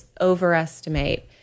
overestimate